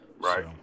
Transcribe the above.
Right